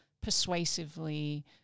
persuasively